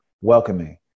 welcoming